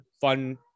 fun